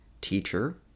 teacher